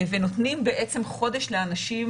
ונותנים בעצם חודש לאנשים